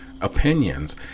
opinions